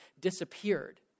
disappeared